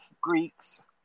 Greeks